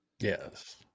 Yes